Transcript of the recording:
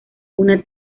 una